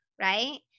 Right